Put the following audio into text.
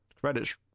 credits